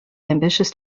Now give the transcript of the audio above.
ambitious